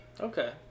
Okay